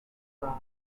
fraud